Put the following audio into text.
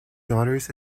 daughters